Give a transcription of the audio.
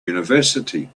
university